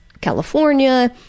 California